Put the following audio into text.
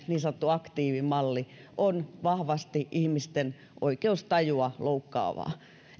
niin sanottu aktiivimalli on vahvasti ihmisten oikeustajua loukkaava